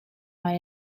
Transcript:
lai